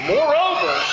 Moreover